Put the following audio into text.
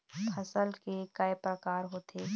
फसल के कय प्रकार होथे?